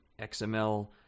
xml